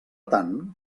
tant